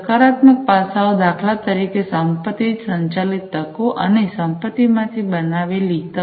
સકારાત્મક પાસાઓ દાખલા તરીકે સંપત્તિ સંચાલિત તકો અનેસંપત્તિમાં થી બનાવેલી તકો